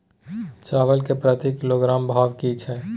चावल के प्रति किलोग्राम भाव की छै?